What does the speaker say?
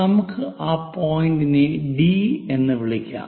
നമുക്ക് ആ പോയിന്റിനെ ഡി എന്ന് വിളിക്കാം